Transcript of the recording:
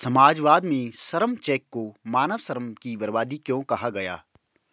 समाजवाद में श्रम चेक को मानव श्रम की बर्बादी क्यों कहा गया?